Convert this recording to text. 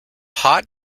hot